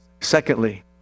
Secondly